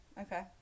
Okay